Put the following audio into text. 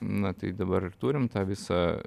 na tai dabar ir turim tą visą